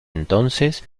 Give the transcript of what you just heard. entonces